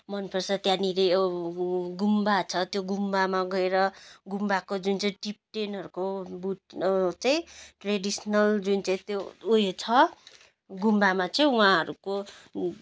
मन पर्छ त्यहाँनेर गुम्बा छ त्यो गुम्बामा गएर गुम्बाको जुन चाहिँ टिबिटेनहरूको बुद्ध चाहिँ ट्रेडिसनल जुन चाहिँ त्यो उयो छ गुम्बामा चाहिँ उहाँहरूको